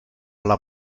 alla